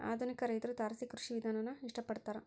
ಆಧುನಿಕ ರೈತ್ರು ತಾರಸಿ ಕೃಷಿ ವಿಧಾನಾನ ಇಷ್ಟ ಪಡ್ತಾರ